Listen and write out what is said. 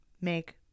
make